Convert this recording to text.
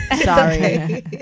sorry